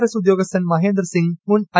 S ഉദ്യോഗ്ലിസ്മൻ മഹേന്ദർ സിംഗ് മുൻ I